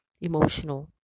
emotional